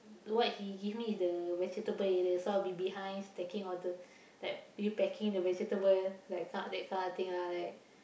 what he give me the vegetable area so I will be behind stacking order like repacking the vegetable like kind that kind of thing ah like